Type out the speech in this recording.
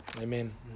Amen